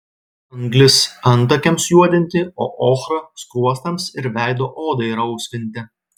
anglis antakiams juodinti o ochra skruostams ir veido odai rausvinti